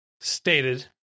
stated